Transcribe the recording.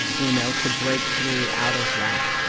you know, to break through out of that